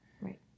Right